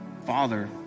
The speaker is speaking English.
Father